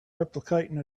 replicating